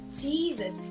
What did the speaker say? Jesus